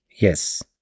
Yes